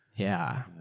yeah.